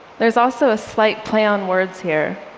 there's also a slight play on words here,